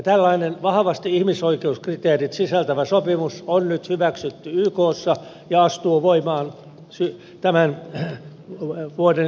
tällainen vahvasti ihmisoikeuskriteerit sisältävä sopimus on nyt hyväksytty ykssa ja astuu voimaan tämän vuoden jouluna